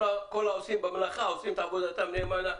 העושים במלאכה עושים את עבודתם נאמנה.